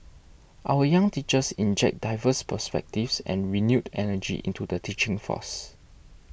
our young teachers inject diverse perspectives and renewed energy into the teaching force